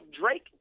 Drake